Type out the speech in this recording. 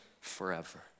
forever